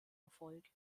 erfolg